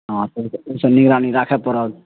हँ ओहिसँ निगरानी राखऽ पड़त